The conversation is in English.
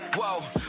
whoa